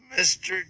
Mr